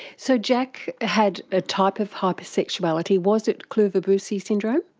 so jack had a type of hypersexuality. was it kluver-bucy syndrome?